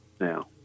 Now